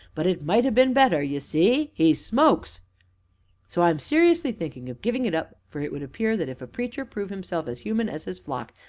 but it might ha been better ye see e smokes so i am seriously thinking of giving it up, for it would appear that if a preacher prove himself as human as his flock,